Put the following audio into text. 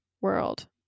world